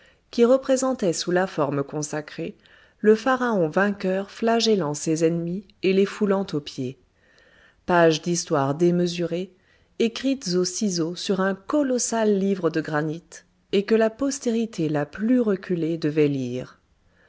qui représentaient sous la forme consacrée le pharaon vainqueur flagellant ses ennemis et les foulant aux pieds pages d'histoire démesurées écrites au ciseau sur un colossal livre de pierre et que la postérité la plus reculée devait lire